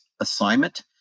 assignment